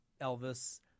Elvis